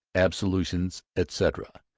absolutions, etc,